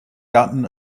gotten